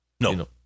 No